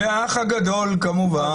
והאח הגדול כמובן.